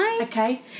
Okay